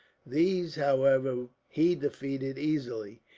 these, however, he defeated easily.